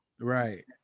Right